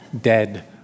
dead